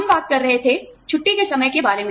हम बात कर रहे थे छुट्टी के समय के बारे में